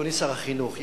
אדוני שר החינוך,